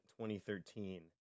2013